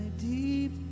deep